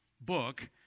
book